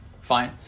Fine